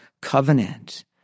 covenant